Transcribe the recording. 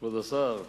כבוד השר,